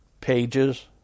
pages